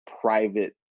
private